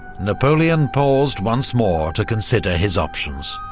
napoleon paused once more to consider his options.